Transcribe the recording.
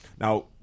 Now